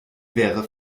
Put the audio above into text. wäre